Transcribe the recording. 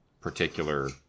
particular